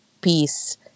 peace